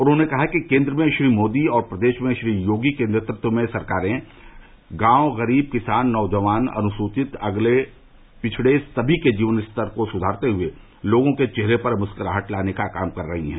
उन्होंने कहाँ कि केन्द्र में श्री मोदी और प्रदेश में श्री योगी के नेतत्व में सरकारे गांव गरीब किसान नौजवान अनुसूचित अगड़े पिछड़े सभी के जीवन स्तर को सुधारते हुए लोगों के चेहरे पर मुस्कराहट लाने का काम कर रही है